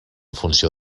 funció